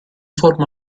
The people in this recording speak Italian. forma